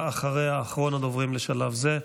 ואחריה, אחרון הדוברים לשלב זה,